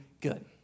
good